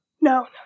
No